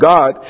God